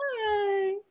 Hi